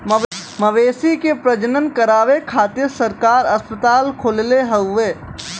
मवेशी के प्रजनन करावे खातिर सरकार अस्पताल खोलले हउवे